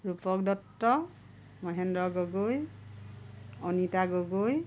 Rupak Dutta Mahendra Gogoi Anita Gogoi